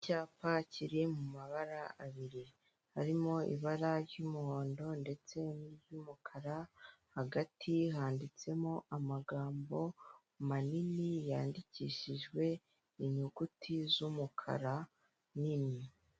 Icyapa kiri mu mabara abiri, harimo ibara ry'umuhondo ndetse niry'umukara, hagati handitsemo amagambo manini yandikishijwe inyuguti z'umukara nini.